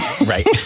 Right